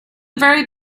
very